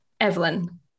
Evelyn